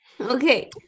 okay